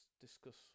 discuss